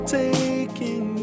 taking